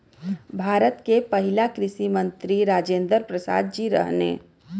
भारत के पहिला कृषि मंत्री राजेंद्र प्रसाद जी रहने